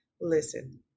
listen